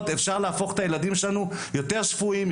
אפשר להפוך את הילדים שלנו יותר שפויים,